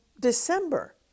December